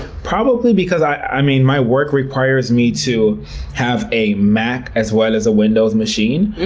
probably because, i mean, my work requires me to have a mac as well as a windows machine.